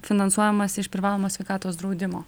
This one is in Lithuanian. finansuojamas iš privalomo sveikatos draudimo